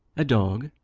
a dog,